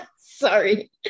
Sorry